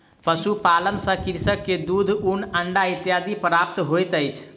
पशुपालन सॅ कृषक के दूध, ऊन, अंडा इत्यादि प्राप्त होइत अछि